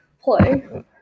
play